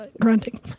grunting